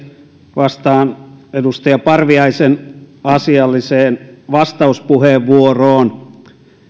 vastaan edustaja parviaisen asialliseen vastauspuheenvuoroon